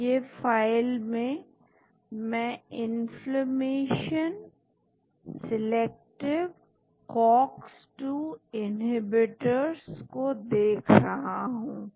तो यह फाइल मैं इन्फ्लेमेशन सिलेक्टिव cox 2 इनहीबीटर्स को देख रहा हूं